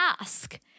ask